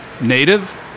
native